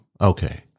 Okay